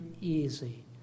easy